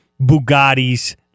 Bugattis